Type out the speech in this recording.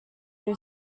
new